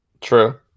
True